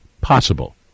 possible